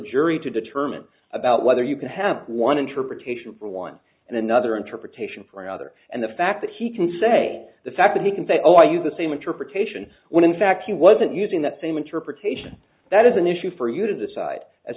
jury to determine about whether you can have one interpretation for one and another interpretation for another and the fact that he can say the fact that he can say oh i use the same interpretation when in fact he wasn't using that same interpretation that is an issue for you to decide as